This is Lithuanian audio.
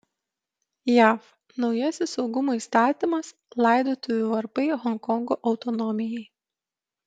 jav naujasis saugumo įstatymas laidotuvių varpai honkongo autonomijai